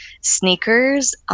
sneakers